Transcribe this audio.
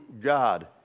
God